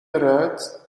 eruit